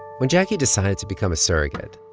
when jacquie decided to become a surrogate,